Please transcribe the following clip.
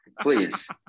Please